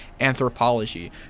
anthropology